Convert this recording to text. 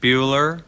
Bueller